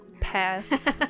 pass